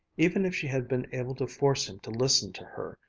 even if she had been able to force him to listen to her,